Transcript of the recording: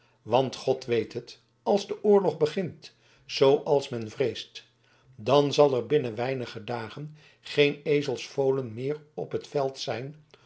want god weet het als de oorlog begint zooals men vreest dan zal er binnen weinige dagen geen ezelsvolen meer op het veld zijn